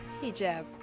hijab